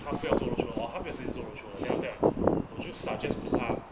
她不要做筹 or 她没有时间做走筹 then after that 我就 suggest to 她